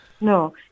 No